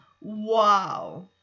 Wow